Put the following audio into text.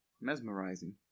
mesmerizing